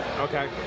Okay